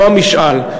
לא המשאל,